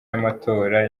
y’amatora